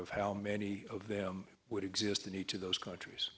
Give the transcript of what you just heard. of how many of them would exist in each of those countries